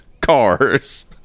cars